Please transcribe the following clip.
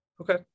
Okay